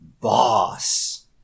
boss